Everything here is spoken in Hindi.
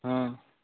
हाँ